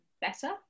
better